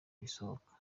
risohoka